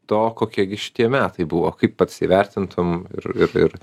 to kokie gi šitie metai buvo kaip pats įvertintum ir ir ir